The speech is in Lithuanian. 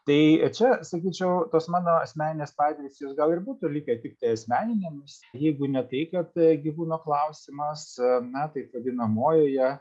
tai čia sakyčiau tos mano asmeninės patirtys jos gal ir būtų likę tiktai asmeninėmis jeigu ne tai kad gyvūno klausimas na taip vadinamojoje